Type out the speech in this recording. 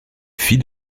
fille